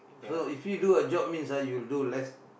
so if you do a job means ah you'll do less